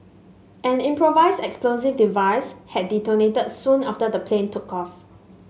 an improvised explosive device had detonated soon after the plane took off